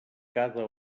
cada